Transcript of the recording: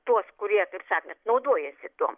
tuos kurie taip sakant naudojasi tuom